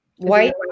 White